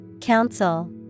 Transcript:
Council